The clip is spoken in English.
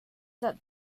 that